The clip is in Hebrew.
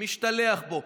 משתלח בו,